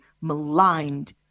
maligned